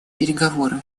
переговоры